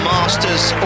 Masters